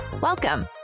Welcome